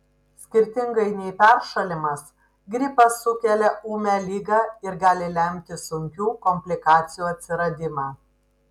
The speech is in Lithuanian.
skirtingai nei peršalimas gripas sukelia ūmią ligą ir gali lemti sunkių komplikacijų atsiradimą